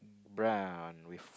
run with